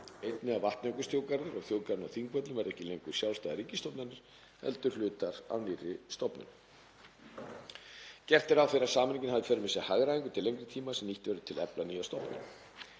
Einnig að Vatnajökulsþjóðgarður og þjóðgarðurinn á Þingvöllum verði ekki lengur sjálfstæðar ríkisstofnanir, heldur hlutar af nýrri stofnun. Gert er ráð fyrir að sameiningin hafi í för með sér hagræðingu til lengri tíma sem nýtt verður til að efla nýja stofnun.